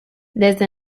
desde